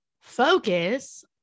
focus